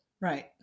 Right